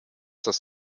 das